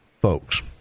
folks